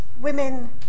Women